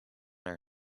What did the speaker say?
our